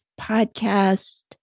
podcast